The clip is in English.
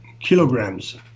kilograms